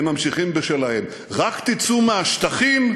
הם ממשיכים בשלהם: רק תצאו מהשטחים,